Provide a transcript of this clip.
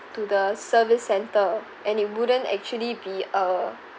to the service centre and it wouldn't actually be uh